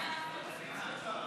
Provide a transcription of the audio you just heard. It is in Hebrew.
סעיפים 1 25